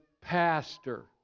pastor